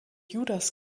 judas